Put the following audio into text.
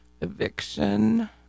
Eviction